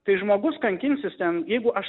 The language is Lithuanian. tai žmogus kankinsis ten jeigu aš